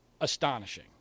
astonishing